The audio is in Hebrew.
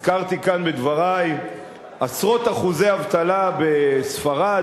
הזכרתי כאן בדברי עשרות אחוזי אבטלה בספרד,